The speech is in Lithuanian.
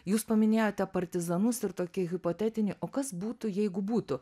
jūs paminėjote partizanus ir tokį hipotetinį o kas būtų jeigu būtų